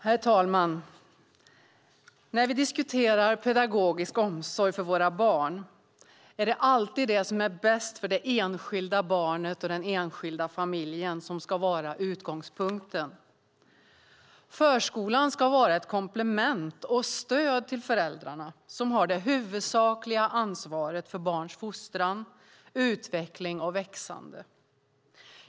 Herr talman! När vi diskuterar pedagogisk omsorg för våra barn är det alltid det som är bäst för det enskilda barnet och för den enskilda familjen som ska vara utgångspunkten. Förskolan ska vara ett komplement och stöd till föräldrarna, som har det huvudsakliga ansvaret för barns fostran, utveckling och växande.